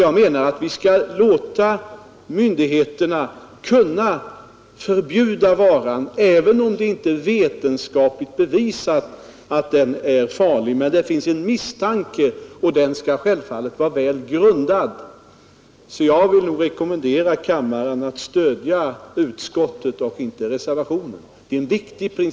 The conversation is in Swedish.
Jag menar att myndigheterna skall kunna förbjuda varan i fråga, även om det inte är vetenskapligt bevisat att den är farlig men det kan misstänkas att den är det — och misstanken skall självfallet vara väl grundad. Där är det som sagt en viktig principiell skillnad, och jag vill därför rekommendera kammaren att stödja utskottet, inte reservationen.